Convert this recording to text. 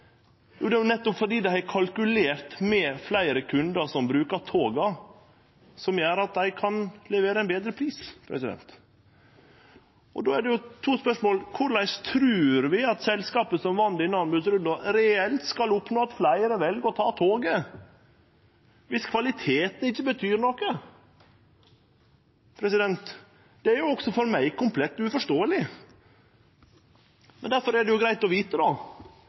Jo, det er nettopp fordi dei har kalkulert med fleire kundar som bruker toga, at dei kan levere ein betre pris. Då er det to spørsmål. Korleis trur vi at selskapet som vann denne anbodsrunden, reelt skal oppnå at fleire vel å ta toget om kvaliteten ikkje betyr noko? Det er også for meg komplett uforståeleg. Men difor er det greitt å